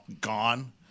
gone